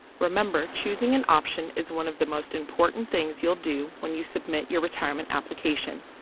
remember, choosing an option is one of the most important things you'll do when you submit your retirement application.